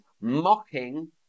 mocking